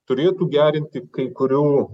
turėtų gerinti kai kurių